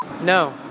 No